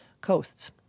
coasts